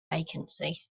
vacancy